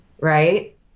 Right